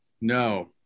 No